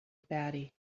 batty